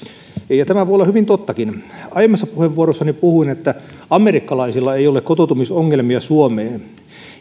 ja tämä voi olla hyvin tottakin aiemmassa puheenvuorossani puhuin että amerikkalaisilla ei ole kotoutumisongelmia suomeen